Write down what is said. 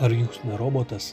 ar jūs ne robotas